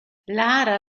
lara